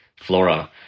flora